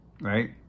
Right